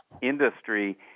industry